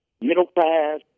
middle-class